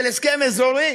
של הסכם אזורי